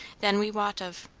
than we wot of.